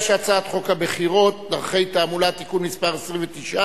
חוק הבחירות (דרכי תעמולה) (תיקון מס' 29),